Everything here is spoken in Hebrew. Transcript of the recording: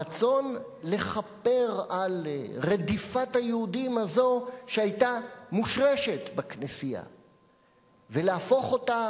הרצון לכפר על רדיפת היהודים הזאת שהיתה מושרשת בכנסייה ולהפוך אותה